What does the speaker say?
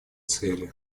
цели